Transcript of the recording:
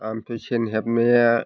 ओमफ्राय सेन हेबनाया